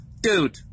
Dude